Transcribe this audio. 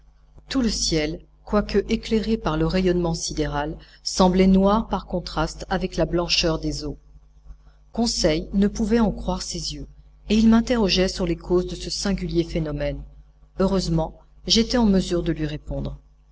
tout le ciel quoique éclairé par le rayonnement sidéral semblait noir par contraste avec la blancheur des eaux conseil ne pouvait en croire ses yeux et il m'interrogeait sur les causes de ce singulier phénomène heureusement j'étais en mesure de lui répondre